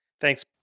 Thanks